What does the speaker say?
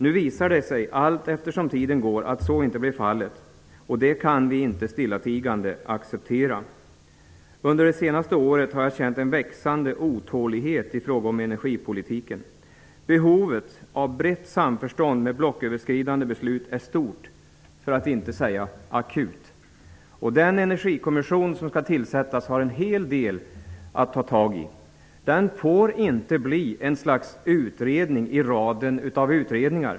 Nu visar det sig allteftersom tiden går att så inte blev fallet. Det kan vi inte stillatigande acceptera. Under det senaste året har jag känt en växande otålighet i fråga om energipolitiken. Behovet av brett samförstånd med blocköverskridande beslut är stort, för att inte säga akut. Den energikommission som skall tillsättas har en hel del att ta tag i. Den får inte bli ett slags utredning i raden av utredningar.